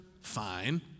fine